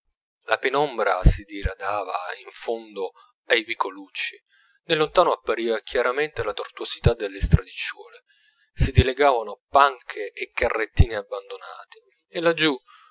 la penombra si diradava in fondo ai vicolucci nel lontano appariva chiaramente la tortuosità delle stradicciuole si dileguavano panche e carrettini abbandonati e laggiù